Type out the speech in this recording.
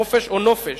חופש או נופש.